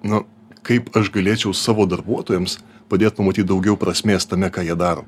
nu kaip aš galėčiau savo darbuotojams padėt pamatyt daugiau prasmės tame ką jie daro